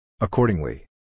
Accordingly